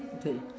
okay